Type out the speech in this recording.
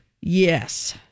Yes